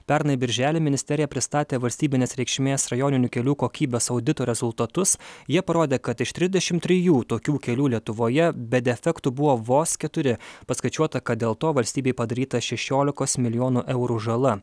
pernai birželį ministerija pristatė valstybinės reikšmės rajoninių kelių kokybės audito rezultatus jie parodė kad iš trisdešim trijų tokių kelių lietuvoje be defektų buvo vos keturi paskaičiuota kad dėl to valstybei padaryta šešiolikos milijonų eurų žala